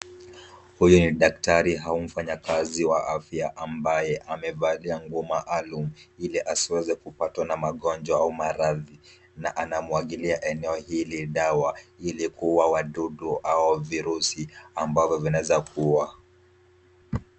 Huyu ni daktari au mfanyakazi wa afya ambaye amevaa nguo maalum ili asiweze kupatwa na magonjwa au maradhi. Na anamwagilia eneo hili dawa ili kuwa wa dudu au virusi ambavyo vinaweza kuwa.